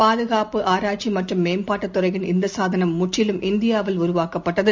பாதுகாப்பு ஆராய்ச்சிமற்றும் மேம்பாட்டுத் துறையின் இந்தசாதனம் முற்றிலும் இந்தியாவில் உருவாக்கப்பட்டது